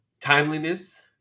timeliness